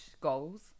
goals